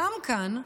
קם כאן,